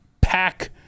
Pack